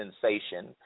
sensation